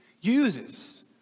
uses